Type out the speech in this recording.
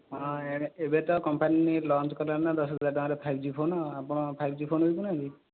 ହଁ ଏବେ ଏବେ ତ କମ୍ପାନୀ ଲଞ୍ଚ କଲାଣି ତ ଦଶହଜାର ଟଙ୍କା ର ଫାଇପ ଜି ଫୋନ ଆପଣ ଫାଇପ ଜି ଫୋନ ବିକୁନାହାନ୍ତି